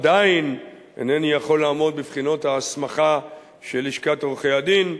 עדיין אינני יכול לעמוד בבחינות ההסמכה של לשכת עורכי-הדין,